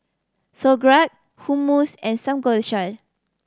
Sauerkraut Hummus and Samgeyopsal